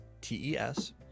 T-E-S